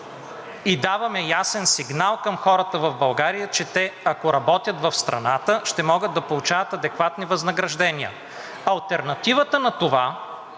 и даваме ясен сигнал към хората в България, че те ако работят в страната, ще могат да получават адекватни възнаграждения. Алтернативата на това